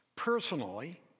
Personally